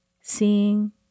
seeing